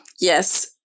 yes